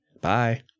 Bye